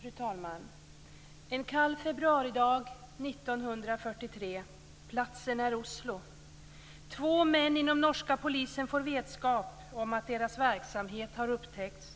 Fru talman! En kall februaridag 1943. Platsen är Oslo. Två män inom norska polisen får vetskap om att deras verksamhet har upptäckts,